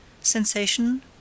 sensation